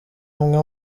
umwe